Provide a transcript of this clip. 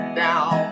down